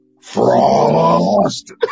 Frost